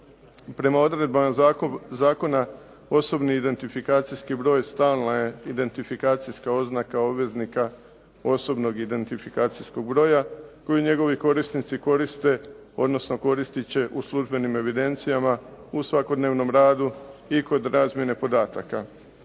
Prema odredbama zakona, osobni identifikacijski broj stalna je identifikacijska oznaka obveznika osobnog identifikacijskog broja koji njegovi korisnici koriste odnosno koristit će u službenim evidencijama u svakodnevnom radu i kod razmjene podataka.